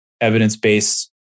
evidence-based